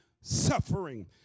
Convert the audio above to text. suffering